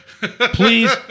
Please